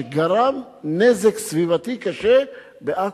שגרם נזק סביבתי קשה בעכו.